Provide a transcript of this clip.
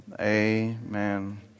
Amen